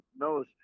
knows